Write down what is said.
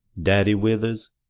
daddy withers,